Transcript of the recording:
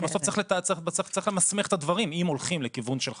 כי בסוף צריך למסמך את הדברים אם הולכים לכיוון של חקיקה.